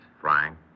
Frank